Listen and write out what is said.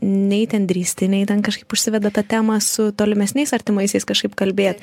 nei ten drįsti nei ten kažkaip užsiveda ta tema su tolimesniais artimaisiais kažkaip kalbėt